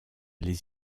les